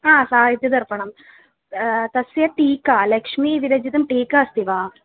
हा साहित्यदर्पणं तस्य टीका लक्ष्मीविरचिता टीका अस्ति वा